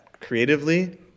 creatively